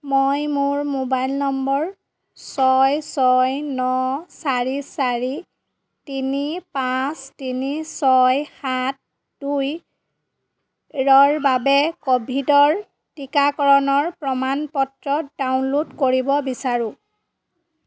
মই মোৰ mobile number ছয় ছয় ন চাৰি চাৰি তিনি পাঁচ তিনি ছয় সাত দুইৰৰ বাবে ক'ভিডৰ টিকাকৰণৰ প্ৰমাণ পত্ৰ ডাউনল'ড কৰিব বিচাৰোঁ